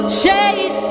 shade